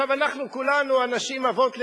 כולנו אנשים, אבות לילדים.